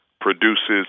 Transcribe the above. produces